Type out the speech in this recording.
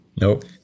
nope